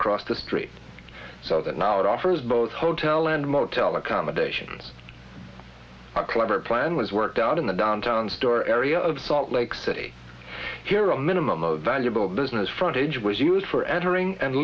across the street so that now it offers both hotel and motel accommodations are clever plan was worked out in the downtown store area of salt lake city here a minimum a valuable business frontage was used for entering and